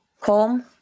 calm